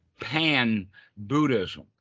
pan-Buddhism